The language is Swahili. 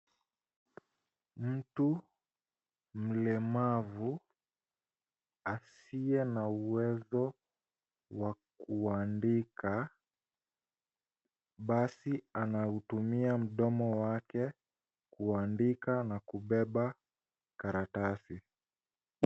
Mtu mlemavu asiye na uwezo wa kuandika basi anautumia mdomo wake kuandika na kuubeba karatasi.